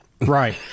Right